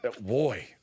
Boy